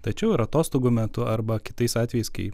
tačiau ir atostogų metu arba kitais atvejais kai